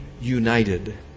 united